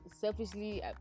selfishly